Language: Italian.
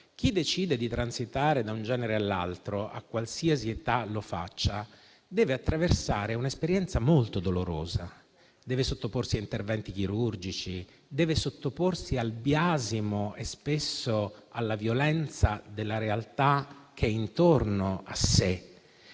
Chi decide di transitare da un genere all'altro, a qualsiasi età lo faccia, deve attraversare un'esperienza molto dolorosa: deve sottoporsi a interventi chirurgici, deve sottoporsi al biasimo e spesso alla violenza della realtà che ha intorno a sé.